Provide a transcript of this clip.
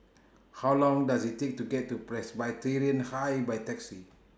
How Long Does IT Take to get to Presbyterian High By Taxi